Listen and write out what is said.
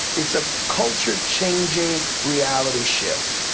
it's a culture changing reality shift.